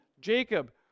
Jacob